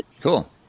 Cool